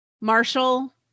Marshall